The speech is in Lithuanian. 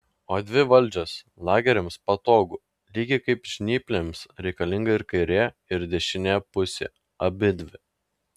o dvi valdžios lageriams patogu lygiai kaip žnyplėms reikalinga ir kairė ir dešinė pusė abidvi